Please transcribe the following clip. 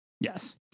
Yes